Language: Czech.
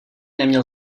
neměl